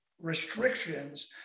restrictions